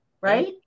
Right